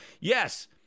yes